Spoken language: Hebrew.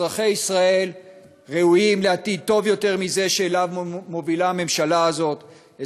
אזרחי ישראל ראויים לעתיד טוב יותר מזה שאליו מובילה הממשלה הזאת,